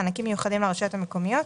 מענקים מיוחדים לרשויות המקומיות.